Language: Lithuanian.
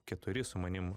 keturi su manim